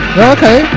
okay